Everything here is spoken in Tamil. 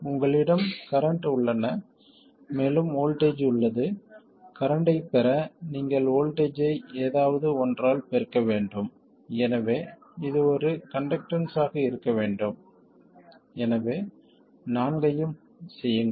உங்களிடம் கரண்ட் உள்ளன மேலும் வோல்ட்டேஜ் உள்ளது கரண்ட்டைப் பெற நீங்கள் வோல்ட்டேஜ் ஐ ஏதாவது ஒன்றால் பெருக்க வேண்டும் எனவே இது ஒரு கண்டக்டன்ஸ் ஆக இருக்க வேண்டும் எனவே நான்கையும் செய்யுங்கள்